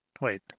wait